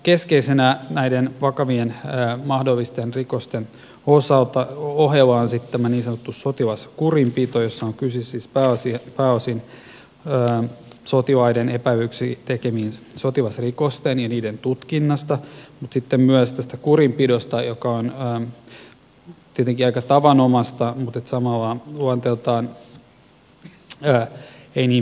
keskeisenä näiden vakavien mahdollisten rikosten ohella on tämä niin sanottu sotilaskurinpito jossa siis on kyse pääosin sotilaiden tekemiksi epäillyistä sotilasrikoksista ja niiden tutkinnasta mutta myös kurinpidosta joka tietenkin on aika tavanomaista ja samalla luonteeltaan ei niin vakavaa